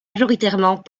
majoritairement